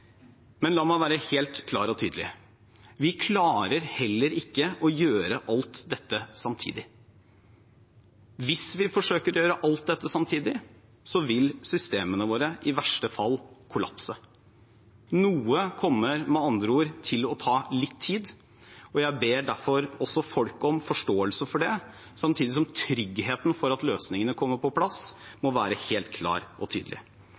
Men la meg være helt klar og tydelig: Vi klarer ikke å gjøre alt dette samtidig. Hvis vi forsøker å gjøre alt dette samtidig, vil systemene våre i verste fall kollapse. Noe kommer med andre ord til å ta litt tid. Jeg ber derfor folk om forståelse for det, samtidig som tryggheten for at løsningene kommer på plass, må være helt klar og tydelig.